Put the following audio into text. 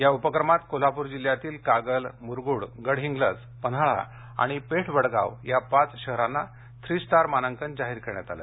या उपक्रमात कोल्हापूर जिल्ह्यातील कागल मुरगुड गडिंग्लज पन्हाळा आणि पेठ वडगाव या पाच शहरांना थ्री स्टार मानांकन जाहीर करण्यात आलं